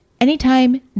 anytime